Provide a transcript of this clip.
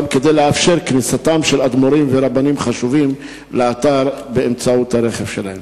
גם כדי לאפשר כניסתם של אדמו"רים ורבנים חשובים לאתר באמצעות הרכב שלהם.